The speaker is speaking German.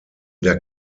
der